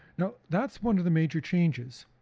now that's one of the major changes,